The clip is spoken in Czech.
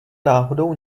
náhodou